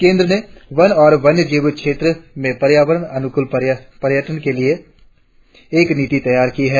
केंद्र ने वन और वन्य जीव क्षेत्रो में पर्यावरण अनुकूल पर्यटन के लिए एक नीति तैयार की है